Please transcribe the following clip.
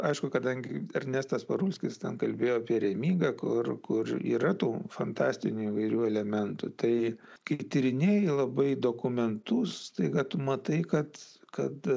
aišku kadangi ernestas parulskis ten kalbėjo apie remygą kur kur yra tų fantastinių įvairių elementų tai kai tyrinėji labai dokumentus staiga tu matai kad kad